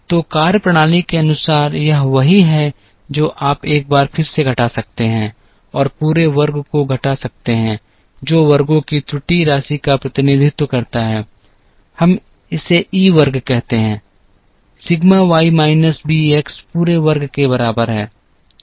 तो कार्यप्रणाली के अनुसार यह वही है जो आप एक बार फिर से घटा सकते हैं और पूरे वर्ग को घटा सकते हैं जो वर्गों की त्रुटि राशि का प्रतिनिधित्व करता है हम इसे ई वर्ग कहते हैं sigma y minus B x पूरे वर्ग के बराबर है